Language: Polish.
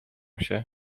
się